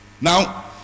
Now